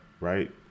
right